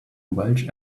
welsh